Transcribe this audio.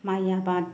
माइ आबाद